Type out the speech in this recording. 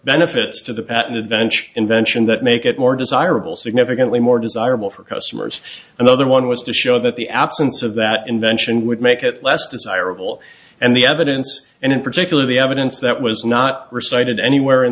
benefits to the patent bench invention that make it more desire rable significantly more desirable for customers and the other one was to show that the absence of that invention would make it less desirable and the evidence and in particular the evidence that was not recited anywhere in